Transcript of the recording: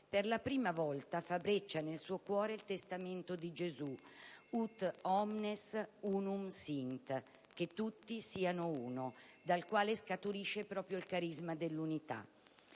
Per la prima volta fa breccia nel suo cuore il testamento di Gesù: «*Ut omnes unum sint*», che tutti siano uno, dal quale scaturisce proprio il carisma dell'unità.